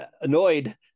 annoyed